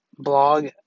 Blog